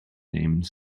name